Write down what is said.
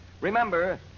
Remember